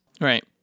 Right